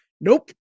Nope